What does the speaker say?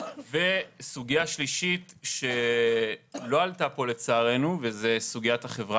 וסוגיה שלישית שלא עלתה פה לצערנו זה סוגיית החברה